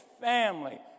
family